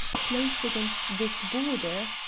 close against this border.